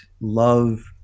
love